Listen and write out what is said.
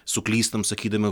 suklystam sakydami